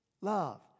love